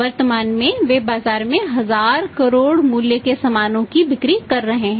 वर्तमान में वे बाजार में 1000 करोड़ मूल्य के सामानों की बिक्री कर रहे हैं